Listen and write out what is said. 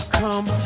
come